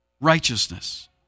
Righteousness